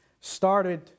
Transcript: started